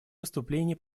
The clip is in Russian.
выступления